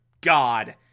God